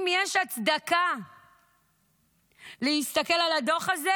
אם יש הצדקה להסתכל על הדוח הזה,